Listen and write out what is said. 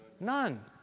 none